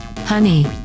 Honey